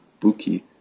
Buki